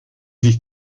sich